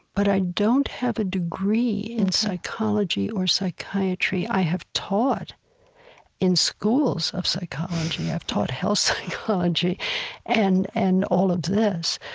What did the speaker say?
but i don't have a degree in psychology or psychiatry. i have taught in schools of psychology i've taught health psychology and and all of this.